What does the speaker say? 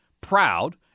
proud